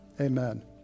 Amen